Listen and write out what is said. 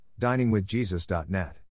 DiningWithJesus.net